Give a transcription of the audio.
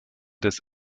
des